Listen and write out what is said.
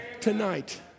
tonight